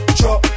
chop